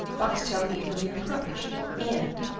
boxtel eagerly approached, and,